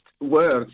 words